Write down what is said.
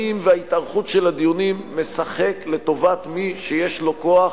וההתארכות של הדיונים משחק לטובת מי שיש לו כוח,